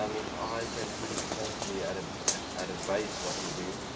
um if i can put it simply at ah at a base what we do,